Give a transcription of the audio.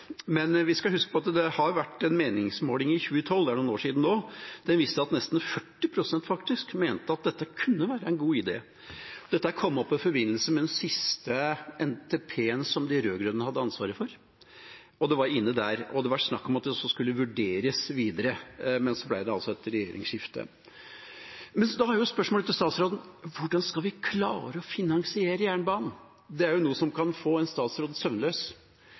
Vi skal huske på at det var en meningsmåling i 2012 – det er noen år siden nå – som viste at nesten 40 pst. mente at dette kunne være en god idé. Dette kom opp i forbindelse med den siste NTP-en som de rød-grønne hadde ansvaret for, det var inne der, og det var snakk om at det også skulle vurderes videre, men så ble det altså et regjeringsskifte. Da er spørsmålet til statsråden: Hvordan skal vi klare å finansiere jernbanen? Det er jo noe som kan få en statsråd søvnløs.